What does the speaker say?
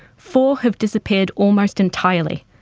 four have disappeared almost entirely,